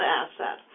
asset